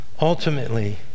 ultimately